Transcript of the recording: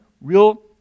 real